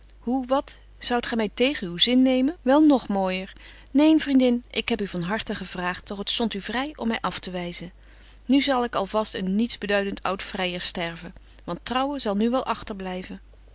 hoe wat zoudt gy my tegen uw zin nemen wel nog mooijer neen vriendin ik heb u van harten gevraagt doch het stondt u vry om my af te wyzen nu zal ik al vast een niets beduident oud vryer sterven want trouwen zal nu wel agter